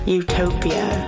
utopia